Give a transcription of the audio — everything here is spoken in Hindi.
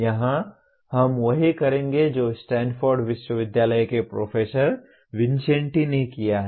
यहां हम वही करेंगे जो स्टैनफोर्ड विश्वविद्यालय के प्रोफेसर विन्सेंटी ने किया है